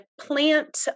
plant